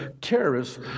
terrorists